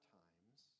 times